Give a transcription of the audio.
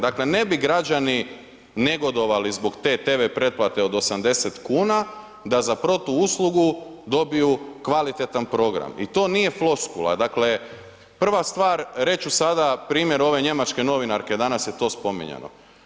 Dakle ne bi građani negodovali zbog te TV pretplate od 80 kuna da za protuuslugu dobiju kvalitetan program i to nije floskula, dakle prva stvar, reći ću sada primjer ove njemačke novinarke, danas je to spominjano.